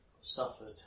suffered